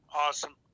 awesome